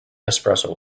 espresso